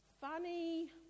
funny